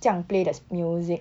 这样 play the music